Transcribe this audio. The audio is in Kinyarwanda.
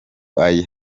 aya